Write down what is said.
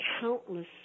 countless